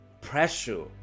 pressure